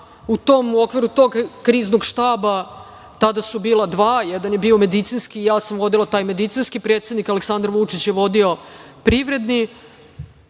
u okviru tog Kriznog štaba, tada su bila dva, jedan je bio medicinski, ja sam vodila taj medicinski, predsednik Aleksandar Vučić je vodio privredni,